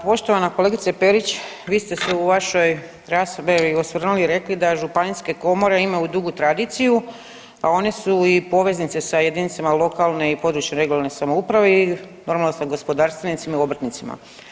Poštovana kolegice Perić, vi ste se u vašoj raspravi osvrnuli i rekli da županijske komore imaju dugu tradiciju, a one su i poveznice sa jedinicama lokalne i područne (regionalne) samouprave i normalno sa gospodarstvenicima i obrtnicima.